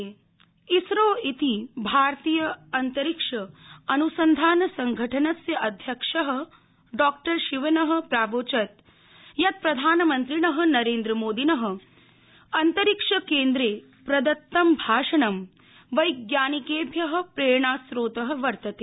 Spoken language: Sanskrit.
इसरो अध्यक्ष इसरो इति भारतीयान्तरिक्षानुसंधानसंघटनस्य अध्यक्ष डॉ शिवन प्रावोचत् यत् प्रधानमन्त्रिण नरेन्द्रमोदिन अन्तरिक्षकेन्द्रे प्रदत्तं भाषणं वैज्ञानिकेभ्य प्रेरणास्रोत वर्तते